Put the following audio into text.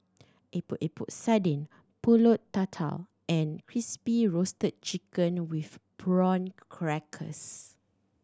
Epok Epok Sardin Pulut Tatal and Crispy Roasted Chicken with Prawn Crackers